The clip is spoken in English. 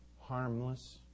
Harmless